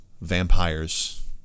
Vampires